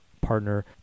partner